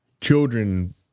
children